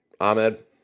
Ahmed